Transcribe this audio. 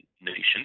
nations